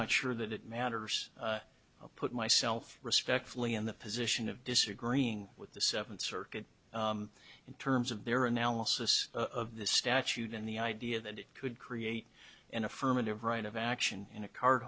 not sure that it matters put myself respectfully in the position of disagreeing with the seventh circuit in terms of their analysis of the statute and the idea that it could create an affirmative right of action in a card